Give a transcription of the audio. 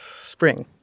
spring